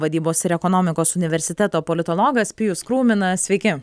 vadybos ir ekonomikos universiteto politologas pijus krūminas sveiki